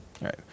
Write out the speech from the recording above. right